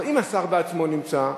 אבל אם השר בעצמו נמצא,